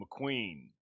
mcqueen